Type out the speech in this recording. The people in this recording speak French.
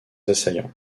assaillants